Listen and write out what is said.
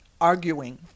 arguing